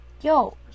Yo